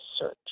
search